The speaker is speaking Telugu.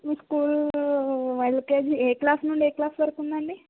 మీ స్కూలులో ఎల్కేజి ఏ క్లాస్ నుండి ఏ క్లాస్ వరకు ఉంది అండి